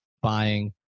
buying